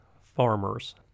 farmers